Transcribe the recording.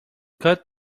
cut